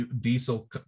diesel